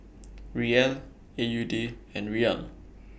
Riel A U D and Riyal